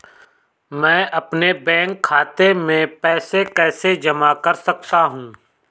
मैं अपने बैंक खाते में पैसे कैसे जमा कर सकता हूँ?